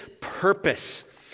purpose